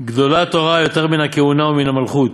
"גדולה תורה יותר מן הכהונה ומן המלכות,